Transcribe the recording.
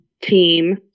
team